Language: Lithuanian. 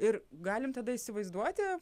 ir galim tada įsivaizduoti